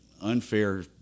unfair